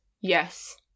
Yes